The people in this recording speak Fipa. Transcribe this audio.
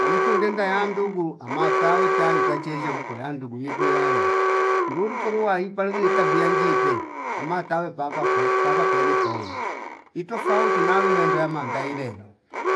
Mwam kundenda ya ndugu ama tawotaluta cheje ukwe yandu guni tuyaye ndulu kulwa palu ziyeta viya njipe omatawe paapa powe paapa pene poon itofuti nalo nembe amangailelo